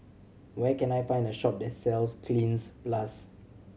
where can I find a shop that sells Cleanz Plus